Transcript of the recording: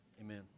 Amen